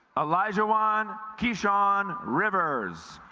elijah juan keyshawn rivers